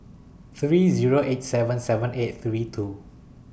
three Zero eight seven seven eight three two